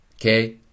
okay